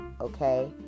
okay